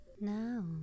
now